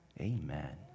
Amen